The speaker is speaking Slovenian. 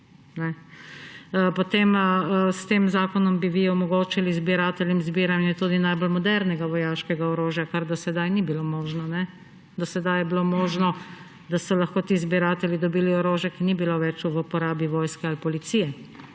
S tem zakonom bi vi omogočili zbirateljem zbiranje tudi najbolj modernega vojaškega orožja, kar do sedaj ni bilo možno. Do sedaj je bilo možno, da so lahko ti zbiratelji dobili orožje, ki ni bilo več v uporabi vojske ali policije.